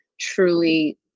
truly